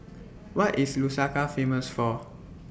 What IS Lusaka Famous For